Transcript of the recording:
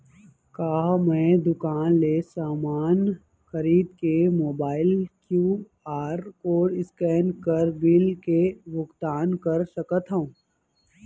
का मैं दुकान ले समान खरीद के मोबाइल क्यू.आर कोड स्कैन कर बिल के भुगतान कर सकथव?